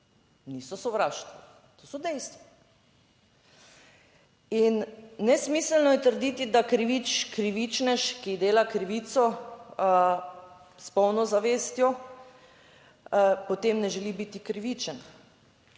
niso sovraštvo, to so dejstva. In nesmiselno je trditi, da krivičnež, ki dela krivico s polno zavestjo, potem ne želi biti krivičen.